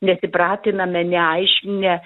nesipratiname neaiškinę